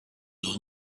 los